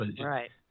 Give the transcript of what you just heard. Right